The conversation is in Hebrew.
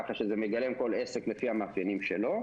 ככה שזה מגלם כל עסק לפי המאפיינים שלו.